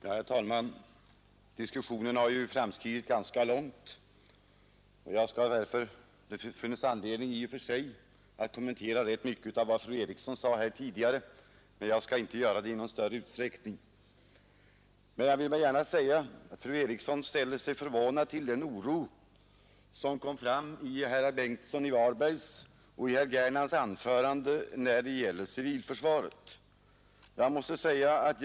Herr talman! Diskussionen har ju framskridit ganska långt, och trots att det i och för sig finns anledning att kommentera rätt mycket av vad fru Eriksson tidigare sade, skall jag inte göra det i någon större utsträckning. Fru Eriksson ställde sig förvånad till den oro när det gäller civilförsvaret som kom fram i herrar Karl Bengtssons i Varberg och Gernandts anföranden.